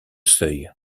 seuil